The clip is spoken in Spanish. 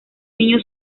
niño